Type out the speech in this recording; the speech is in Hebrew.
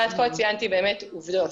אבל עד כה ציינתי באמת עובדות.